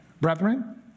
Brethren